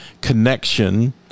connection